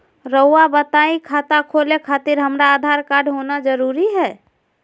रउआ बताई खाता खोले खातिर हमरा आधार कार्ड होना जरूरी है?